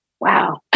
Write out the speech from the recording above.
Wow